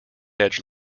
edge